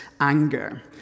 anger